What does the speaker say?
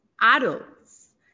adults